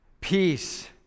Peace